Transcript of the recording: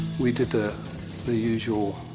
we did the the usual,